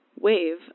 Wave